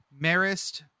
Marist